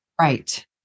Right